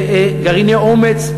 גרעיני "אומץ",